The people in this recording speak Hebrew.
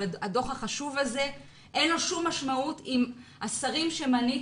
אבל לדוח החשוב הזה אין כל משמעות אם השרים שהזכרתי